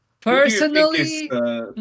personally